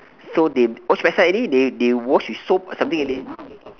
so they wash backside already they they wash with soap or something already